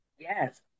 Yes